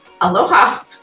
Aloha